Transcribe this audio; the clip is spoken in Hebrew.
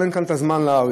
אבל אין כאן זמן להאריך.